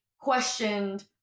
questioned